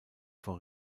vor